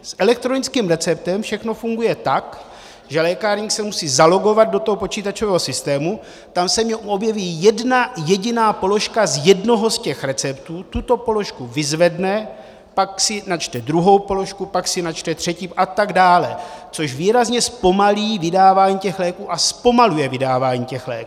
S elektronickým receptem všechno funguje tak, že lékárník se musí zalogovat do počítačového systému, tam se mi objeví jedna jediná položka z jednoho z těch receptů, tuto položku vyzvedne, pak si načte druhou položku, pak si načte třetí atd., což výrazně zpomalí vydávání těch léků a zpomaluje vydávání těch léků.